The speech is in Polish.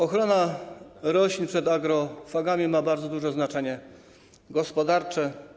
Ochrona roślin przed agrofagami na bardzo duże znaczenie gospodarcze.